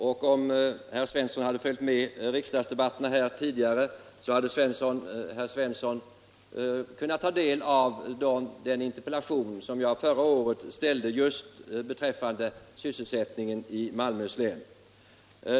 Om herr Svensson hade följt med riksdagsdebatten tidigare, hade han kunnat ta del av den interpellation som jag förra året ställde just beträffande sysselsättningen i Malmöhus län.